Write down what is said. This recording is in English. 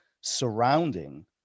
surrounding